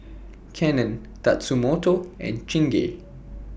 Canon Tatsumoto and Chingay